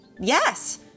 yes